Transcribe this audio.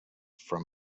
from